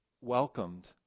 welcomed